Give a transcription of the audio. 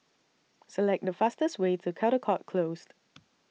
Select The fastest Way to Caldecott Close